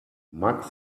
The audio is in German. max